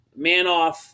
Manoff